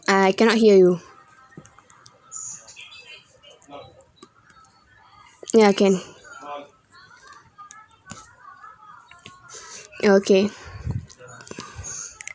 I cannot hear you yeah can ya okay